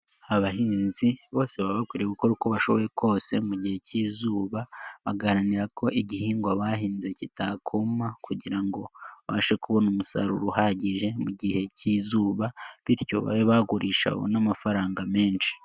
Abahinzi bose baba bakwiye gukora uko bashoboye kose mu gihe cy'izuba bagaharanira ko igihingwa bahinze kitakoma kugira ngo babashe kubona umusaruro uhagije, mu gihe cy'izuba, bityo babe bagurisha babone amafaranga menshi.